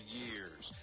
years